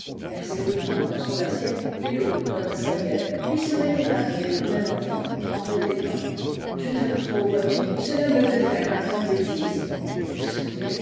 versait le vin dans son assiette et l'eau dans la salière puis se mettait à rire comme un enfant en répétant je t'aime trop vois-tu cela me fait faire un tas de bêtises elle souriait